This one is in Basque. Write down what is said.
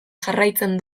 jarraitzen